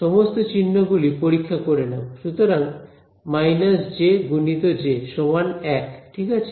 সমস্ত চিহ্নগুলি পরীক্ষা করে নাও সুতরাং − j × j 1 ঠিক আছে